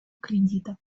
кредитов